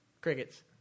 crickets